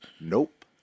Nope